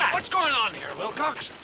what's going on here, wilcox?